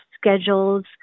schedules